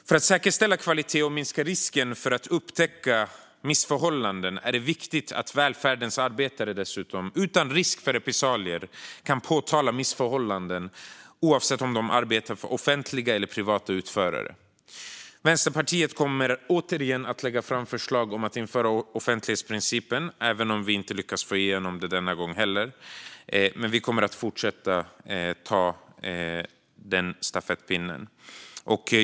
För att säkerställa kvalitet och minska risk för missförhållanden är det dessutom viktigt att välfärdens medarbetare utan risk för repressalier kan påtala missförhållanden oavsett om de arbetar för offentliga eller privata utförare. Vänsterpartiet kommer återigen att lägga fram förslag om att införa offentlighetsprincipen. Även om vi inte lyckas få igenom det denna gång heller kommer vi att fortsätta ta stafettpinnen.